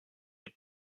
est